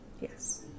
Yes